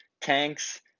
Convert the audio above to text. tanks